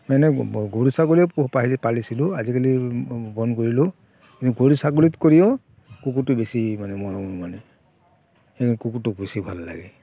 মানে গৰু ছাগলী পালি পালিছিলোঁ আজিকালি বন্ধ কৰিলোঁ কিন্তু গৰু ছাগলীত কৰিও কুকুৰটো বেছি মানে মৰমৰ মানে সেই কুকুৰটোক বেছি ভাল লাগে